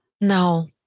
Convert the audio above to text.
No